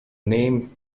name